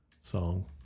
song